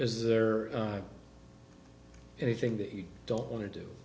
is there anything that you don't want to do